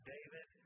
David